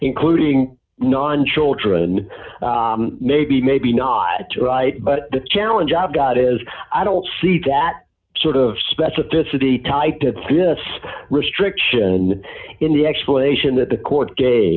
including non children maybe maybe not right but the challenge i've got is i don't see that sort of specificity tied to this restriction in the explanation that the court ga